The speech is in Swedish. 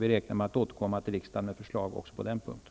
Vi räknar med att återkomma till riksdagen med förslag också på den punkten.